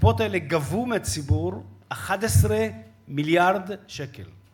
הקופות האלה גבו מהציבור 11 מיליארד שקל.